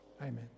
Amen